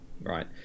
right